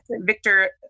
Victor